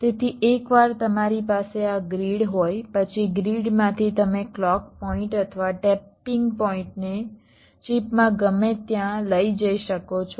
તેથી એકવાર તમારી પાસે આ ગ્રીડ હોય પછી ગ્રીડમાંથી તમે ક્લૉક પોઇન્ટ અથવા ટેપિંગ પોઇન્ટને ચિપમાં ગમે ત્યાં લઈ જઈ શકો છો